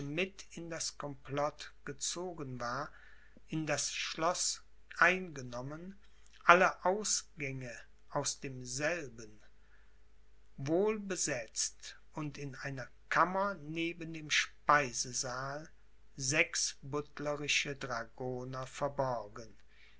in das complot gezogen war in das schloß eingenommen alle ausgänge aus demselben wohl besetzt und in einer kammer neben dem speisesaal sechs buttlerische dragoner verborgen